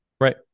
Right